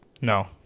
No